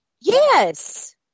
Yes